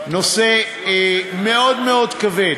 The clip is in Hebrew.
נושא מאוד מאוד כבד.